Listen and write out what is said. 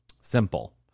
simple